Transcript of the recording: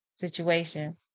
situation